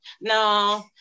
No